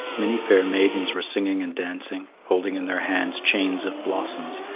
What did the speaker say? many fair maidens were singing and dancing, holding in their hands chains of blossoms,